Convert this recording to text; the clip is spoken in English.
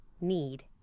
need